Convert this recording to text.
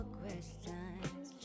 questions